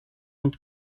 und